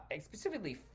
specifically